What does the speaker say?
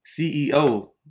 CEO